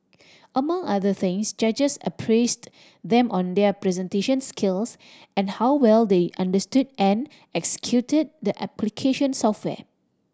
among other things judges appraised them on their presentation skills and how well they understood and executed the application software